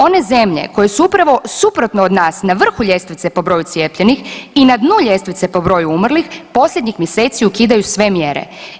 One zemlje koje su upravo suprotno od nas na vrhu ljestvice po broju cijepljenih i na dnu ljestvice po broju umrlih posljednjih mjeseci ukidanju sve mjere.